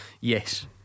Yes